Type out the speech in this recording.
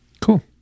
Cool